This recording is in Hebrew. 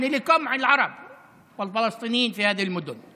כלומר לשם דיכוי הערבים והפלסטינים בערים הללו.